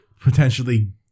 potentially